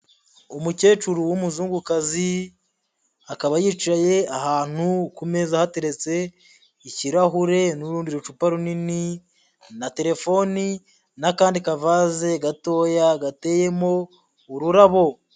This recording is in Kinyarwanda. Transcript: Umukecuru w'umuzungukazi, akaba yicaye ahantu ku meza hateretse ikirahure n'urundi rukupa runini na terefoni n'akandi kavaze gatoya gateyemo ururabo.